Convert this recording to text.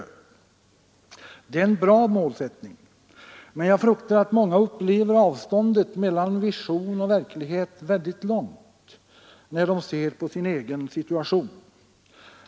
Det är en bra målsättning, men jag fruktar att många upplever avståndet mellan vision och verklighet som väldigt långt, när de ser på sin egen situation.